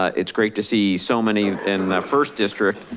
ah it's great to see so many in that first district.